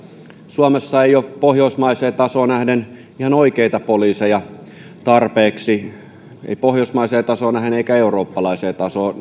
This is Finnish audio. suomessa ei ole pohjoismaiseen tasoon nähden ihan oikeita poliiseja tarpeeksi ei pohjoismaiseen tasoon nähden eikä eurooppalaiseen tasoon